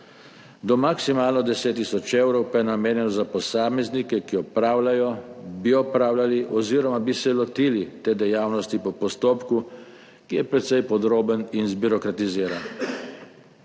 do maksimalno 10 tisoč evrov pa je namenjenih za posameznike, ki opravljajo, bi opravljali oziroma bi se lotili te dejavnosti po postopku, ki je precej podroben in zbirokratiziran.